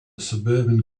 suburban